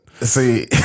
See